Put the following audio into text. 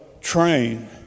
train